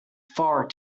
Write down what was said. far